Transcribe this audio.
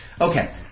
Okay